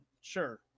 sure